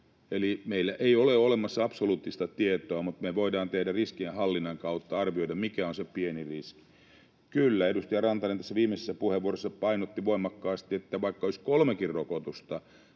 Eli meillä ei ole olemassa absoluuttista tietoa, mutta me voidaan riskienhallinnan kautta arvioida, mikä on se pienin riski. Kyllä — edustaja Rantanen tässä viimeisessä puheenvuorossa painotti voimakkaasti, että vaikka olisi kolmekin rokotusta,